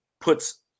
puts